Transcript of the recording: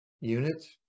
unit